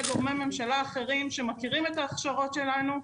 גורמי ממשלה אחרים שמכירים את ההכשרות שלנו.